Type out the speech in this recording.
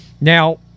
Now